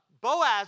Boaz